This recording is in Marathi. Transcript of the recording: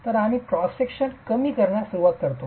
तर आम्ही क्रॉस सेक्शन कमी करण्यास सुरवात करतो